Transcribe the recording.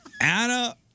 Anna